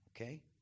okay